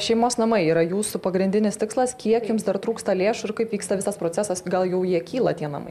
šeimos namai yra jūsų pagrindinis tikslas kiek jums dar trūksta lėšų ir kaip vyksta visas procesas gal jau jie kyla tie namai